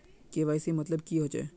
KYC मतलब की होचए?